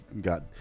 got